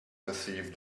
perceived